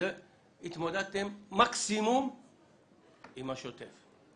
התמודדתם מקסימום עם השוטף.